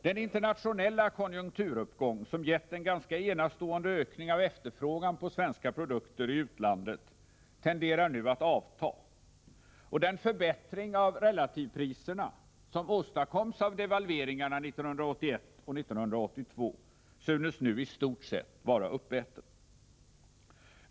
Den internationella konjunkturuppgång som gett en ganska enastående ökning av efterfrågan på svenska produkter i utlandet tenderar nu att avta, och den förbättring av relativpriserna som åstadkoms av devalveringarna 1981 och 1982 synes nu i stort sett vara uppäten.